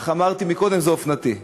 איך אמרתי קודם, זה אופנתי.